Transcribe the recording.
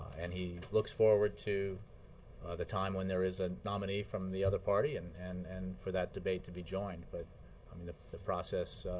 and he looks forward to the time when there is a nominee from the other party and and and for that debate to be joined. but i mean the process